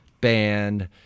band